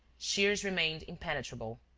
shears remained impenetrable.